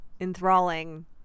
enthralling